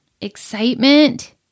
excitement